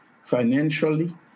financially